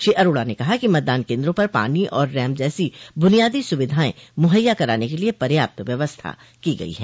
श्री अरोड़ा ने कहा कि मतदान केन्द्रों पर पानी और रैम्प जैसी बुनियादी सुविधाएं मुहैया कराने के लिये पर्याप्त व्यवस्था की गई है